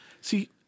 See